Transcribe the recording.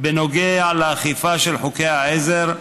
בנוגע לאכיפה של חוקי העזר,